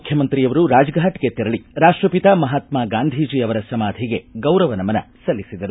ಮುಖ್ಯಮಂತ್ರಿಯವರು ರಾಜ್ಘಾಟ್ಗೆ ತೆರಳಿ ರಾಷ್ಷಪಿತ ಮಹಾತ್ಮ ಗಾಂಧೀಜಿ ಅವರ ಸಮಾಧಿಗೆ ಗೌರವ ನಮನ ಸಲ್ಲಿಸಿದರು